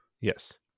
Yes